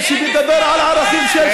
שמדבר על ערכים של שוויון,